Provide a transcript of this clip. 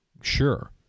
sure